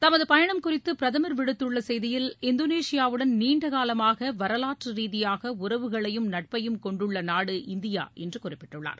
தமது பயணம் குறித்து பிரதமர் விடுத்துள்ள செய்தியில் இந்தோனேஷியாவுடன் நீண்டகாலமாக வரலாற்று ரீதியாக உறவுகளையும் நட்பையும் கொண்டுள்ள நாடு இந்தியா என்று குறிப்பிட்டுள்ளார்